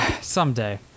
someday